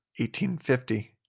1850